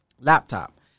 laptop